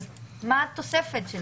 אז מה התוספת?